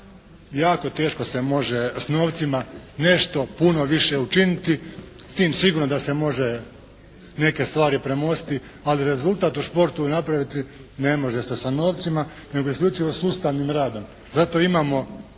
jako teško se može s novcima nešto puno više učiniti, s tim sigurno da se može neke stvari premostiti, ali rezultat u športu napraviti ne može se sa novcima, nego isključivo sustavnim radom. Zato imamo